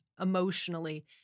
emotionally